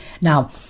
Now